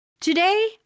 Today